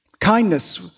Kindness